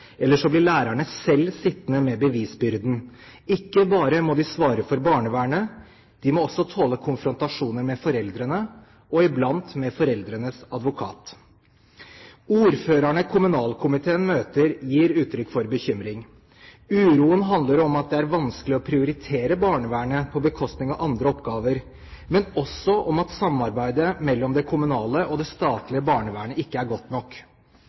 så blir lærerne selv sittende med bevisbyrden. Ikke bare må de svare for barnevernet, de må også tåle konfrontasjoner med foreldrene – og iblant med foreldrenes advokat. Ordførerne kommunalkomiteen møter, gir uttrykk for bekymring. Uroen handler om at det er vanskelig å prioritere barnevernet på bekostning av andre oppgaver, men også om at samarbeidet mellom det kommunale og det statlige barnevernet ikke er godt nok.